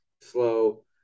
slow